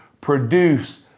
produce